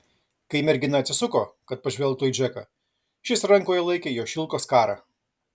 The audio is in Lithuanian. kai mergina atsisuko kad pažvelgtų į džeką šis rankoje laikė jos šilko skarą